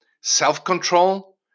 self-control